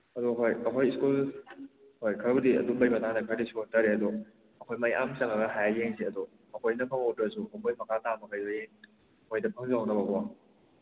ꯑꯗꯣ ꯍꯣꯏ ꯑꯩꯈꯣꯏ ꯁ꯭ꯀꯨꯜ ꯍꯣꯏ ꯈꯔꯕꯨꯗꯤ ꯑꯗꯨꯝꯕꯒꯤ ꯃꯇꯥꯡꯗ ꯈꯔꯕꯨꯗ ꯁꯣꯟꯊꯔꯦ ꯑꯗꯣ ꯑꯩꯈꯣꯏ ꯃꯌꯥꯝ ꯆꯪꯉꯒ ꯍꯥꯏꯔ ꯌꯦꯡꯁꯦ ꯑꯗꯣ ꯑꯩꯈꯣꯏꯅ ꯐꯪꯍꯧꯗ꯭ꯔꯁꯨ ꯑꯩꯈꯣꯏ ꯃꯈꯥ ꯇꯥꯕ ꯃꯈꯩꯗꯨꯒꯤ ꯃꯣꯏꯗ ꯐꯪꯖꯍꯧꯅꯕꯀꯣ